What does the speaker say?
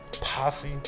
Posse